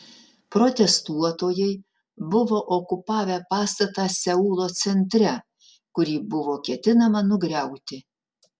protestuotojai buvo okupavę pastatą seulo centre kurį buvo ketinama nugriauti